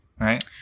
right